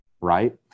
right